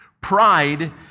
pride